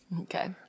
Okay